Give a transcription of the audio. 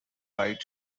white